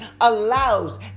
allows